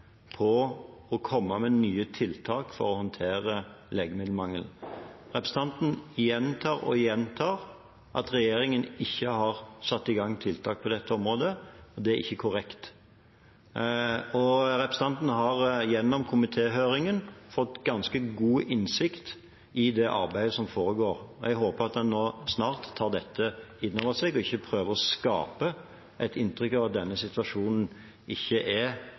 å komme med nye tiltak for å håndtere legemiddelmangelen. Representanten gjentar og gjentar at regjeringen ikke har satt i gang tiltak på dette området, og det er ikke korrekt. Representanten har gjennom komitéhøringen fått ganske god innsikt i det arbeidet som foregår, og jeg håper at han nå snart tar dette inn over seg og ikke prøver å skape et inntrykk av at denne situasjonen ikke er